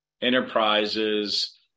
enterprises